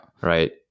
right